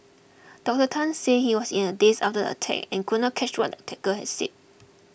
Doctor Tan said he was in a daze after the attack and could not catch what the attacker had said